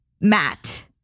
Matt